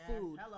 food